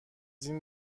این